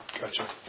Gotcha